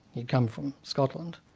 he'd come from scotland.